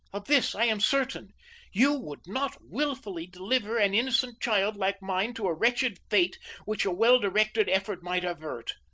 of this i am certain you would not wilfully deliver an innocent child like mine to a wretched fate which a well-directed effort might avert.